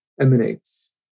emanates